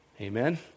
Amen